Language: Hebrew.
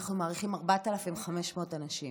אנחנו מעריכים, 4,500 אנשים,